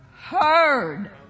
heard